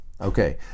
okay